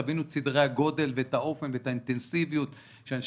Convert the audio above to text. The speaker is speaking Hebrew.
אז תבינו את סדרי הגודל ואת האופן ואת האינטנסיביות שאנשי